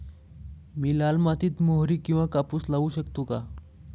मी लाल मातीत मोहरी किंवा कापूस लावू शकतो का?